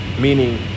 Meaning